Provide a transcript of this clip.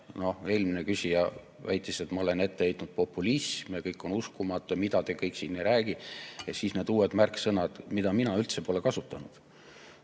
Eelmine küsija väitis, et ma olen ette heitnud populismi ja kõik on uskumatu ja mida te kõik siin ei räägi. Ja siis need uued märksõnad, mida mina üldse pole kasutanud.